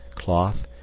cloth,